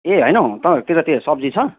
ए होइन हौ तपाईँको त्यतातिर सब्जी छ